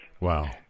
Wow